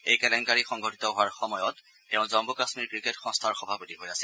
এই কেলেংকাৰি সংঘটিত হোৱাৰ সময়ত তেওঁ জম্ম কাশ্মীৰ ক্ৰিকেট সংস্থাৰ সভাপতি হৈ আছিল